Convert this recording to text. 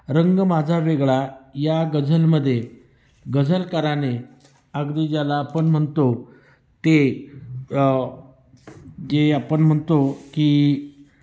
रंग माझा वेगळा या गझलमध्ये गझलकाराने अगदी ज्याला आपण म्हणतो ते जे आपण म्हणतो की